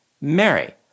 Mary